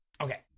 okay